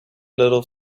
little